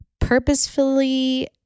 purposefully